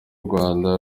rwanda